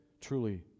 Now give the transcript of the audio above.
truly